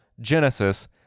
genesis